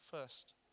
first